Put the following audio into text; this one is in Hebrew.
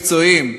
מקצועיים,